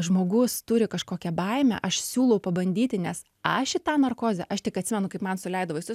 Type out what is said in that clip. žmogus turi kažkokią baimę aš siūlau pabandyti nes aš į tą narkozę aš tik atsimenu kaip man suleido vaistus